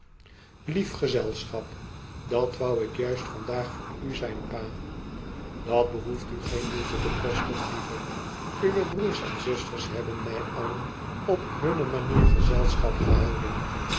lief gezelschap dat wou ik juist vandaag voor u zijn pa dat behoeft u geen moeite te kosten lieve uwe broers en zusters hebben mij allen op hunne manier gezelschap gehouden